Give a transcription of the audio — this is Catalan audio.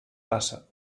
passa